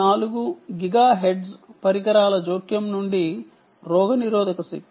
4 giga hertz పరికరాల జోక్యం నుండి రోగనిరోధక శక్తి